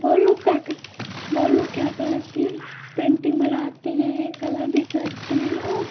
वह लोग क्या कर वह लोग क्या करते हैं पेन्टिन्ग बनाते हैं कलर भी करते हैं और